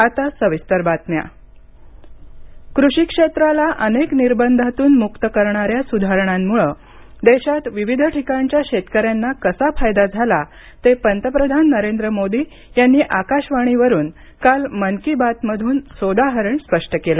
आता सविस्तर बातम्या मन की बात कृषी क्षेत्राला अनेक निर्बंधातून मुक्त करणाऱ्या सुधारणांमुळे देशात विविध ठिकाणच्या शेतकऱ्यांना कसा फायदा झाला ते पंतप्रधान नरेंद्र मोदी यांनी आकाशवाणीवरुन काल मन की बात मधून सोदाहरण स्पष्ट केलं